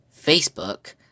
Facebook